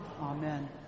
Amen